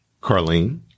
Carlene